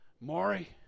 Maury